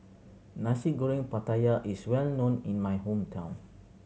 Nasi Goreng Pattaya is well known in my hometown